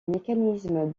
mécanismes